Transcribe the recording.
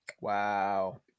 Wow